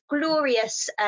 glorious